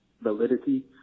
validity